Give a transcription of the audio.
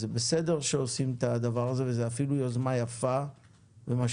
אז זה בסדר שעושים את הדבר הזה וזו אפילו יוזמה יפה ומשמעותית,